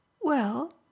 Well